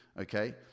okay